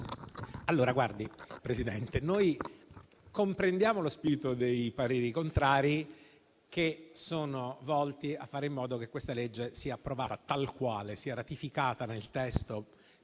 Signora Presidente, noi comprendiamo lo spirito dei pareri contrari, che sono volti a fare in modo che questa legge sia approvata tal quale, cioè, nella